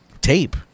tape